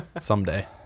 Someday